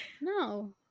No